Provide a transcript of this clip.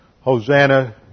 Hosanna